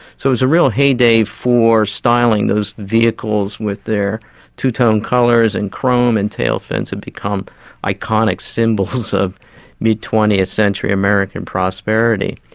so it was a real heyday for styling. those vehicles with their two-tone colours, and chrome and tail-fins, had become iconic symbols of mid twentieth century american prosperity.